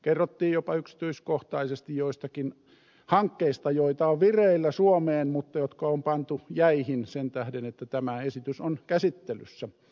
kerrottiin jopa yksityiskohtaisesti joistakin hankkeista joita on vireillä suomeen mutta jotka on pantu jäihin sen tähden että tämä esitys on käsittelyssä